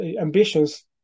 ambitions